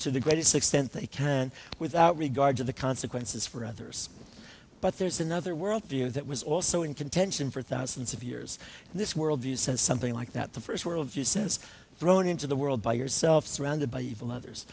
to the greatest extent they can without regard to the consequences for others but there's another world view that was also in contention for thousands of years and this worldview says something like that the first world view says thrown into the world by yourself surrounded by